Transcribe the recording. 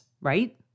right